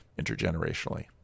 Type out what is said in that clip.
intergenerationally